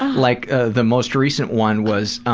like ah the most recent one was,